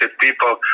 people